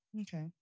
Okay